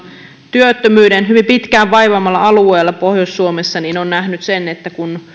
työttömyyden hyvin pitkään vaivaamalla alueella pohjois suomessa niin on nähnyt sen että